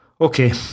Okay